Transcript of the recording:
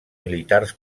militars